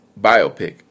biopic